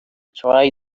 try